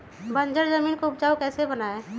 बंजर जमीन को उपजाऊ कैसे बनाय?